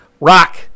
Rock